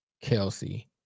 Kelsey